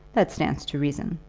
that stands to reason.